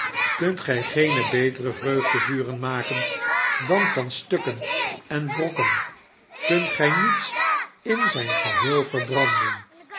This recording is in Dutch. kunt gij geene betere vreugdevuren maken dan van stukken en brokken kunt gij niets in zijn geheel verbranden